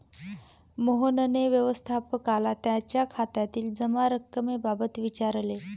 मोहनने व्यवस्थापकाला त्याच्या खात्यातील जमा रक्कमेबाबत विचारले